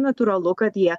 natūralu kad jie